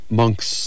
monks